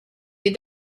you